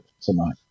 tonight